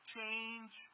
Change